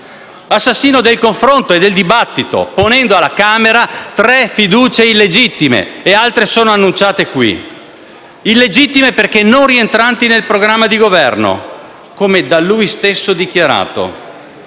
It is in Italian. assassino del confronto e del dibattito ponendo alla Camera tre fiducie illegittime (e altre sono annunciate qui). Sono illegittime perché non rientranti nel programma di Governo, come da lui stesso dichiarato.